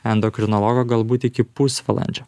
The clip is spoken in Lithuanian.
endokrinologo galbūt iki pusvalandžio